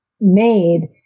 made